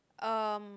um